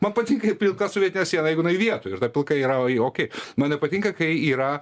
man patinka ir pilka sovietinė siena jeigu jinai vietoj ir ta pilka yra jo okei man nepatinka kai yra